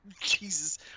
Jesus